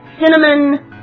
cinnamon